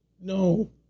No